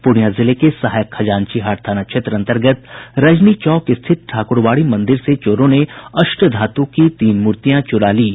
पूर्णियां जिले के सहायक खजांची हाट थाना क्षेत्र अंतर्गत रजनी चौक स्थित ठाकुरबाड़ी मंदिर से चोरों ने अष्टधातु की तीन मूर्तियां चुरा लीं